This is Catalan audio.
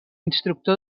instructor